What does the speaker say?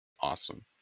awesome